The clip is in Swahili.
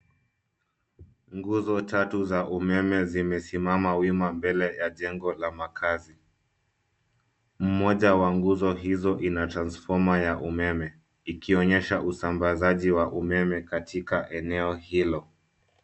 Nguzo tatu za umeme zimesimama wima mbele ya jengo la makazi. Mmoja wa nguzo hizo ina transfoma ya umeme, ikionyesha usambazaji wa umeme katika eneo hilo.